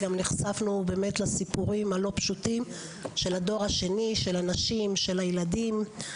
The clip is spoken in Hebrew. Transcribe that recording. נחשפנו לסיפורים הלא פשוטים של הדור השני של הנשים ושל הילדים.